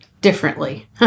differently